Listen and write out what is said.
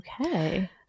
Okay